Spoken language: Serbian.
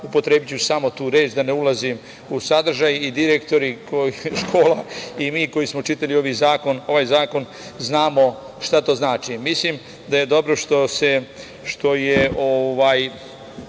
upotrebiću samo tu reč, da ne ulazim u sadržaj i direktori škola i mi, koji smo čitali ovaj zakon, znamo šta to znači. Mislim, da je dobro što je